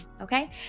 Okay